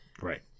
right